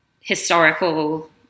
historical